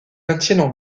maintiennent